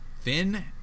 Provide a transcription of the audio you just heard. Thin